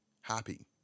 happy